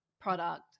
product